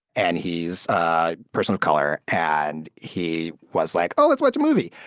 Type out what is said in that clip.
and he's a person color. and he was, like, oh, let's watch a movie.